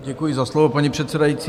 Děkuji za slovo, paní předsedající.